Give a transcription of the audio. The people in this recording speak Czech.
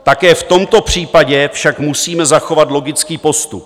Také v tomto případě však musíme zachovat logický postup.